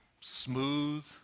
smooth